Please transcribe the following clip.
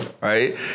right